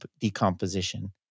decomposition